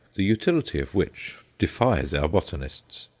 the utility of which defies our botanists.